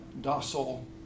docile